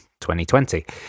2020